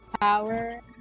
power